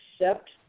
accept